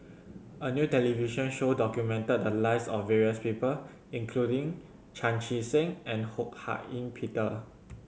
a new television show documented the lives of various people including Chan Chee Seng and Ho Hak Ean Peter